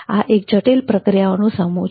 આ એક જટિલ પ્રક્રિયાઓનું સમૂહ છે